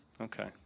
Okay